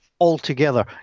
altogether